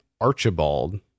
Archibald